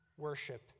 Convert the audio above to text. worship